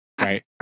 Right